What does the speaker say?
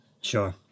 Sure